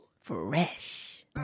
fresh